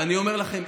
ואני אומר לכם,